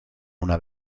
una